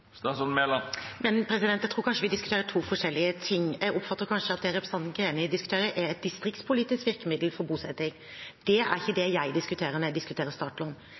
Jeg tror kanskje vi diskuterer to forskjellige ting. Jeg oppfatter kanskje at det representanten Greni diskuterer, er et distriktspolitisk virkemiddel for bosetting. Det er ikke det jeg diskuterer når jeg diskuterer startlån.